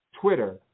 Twitter